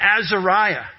Azariah